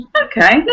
Okay